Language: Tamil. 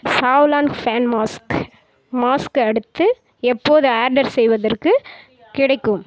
ஸாவ்லான் ஃபேன் மாஸ்க் மாஸ்க் அடுத்து எப்போது ஆர்டர் செய்வதற்குக் கிடைக்கும்